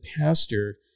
pastor